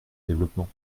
développement